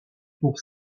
pour